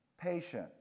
patient